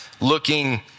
looking